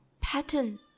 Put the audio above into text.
pattern